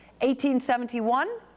1871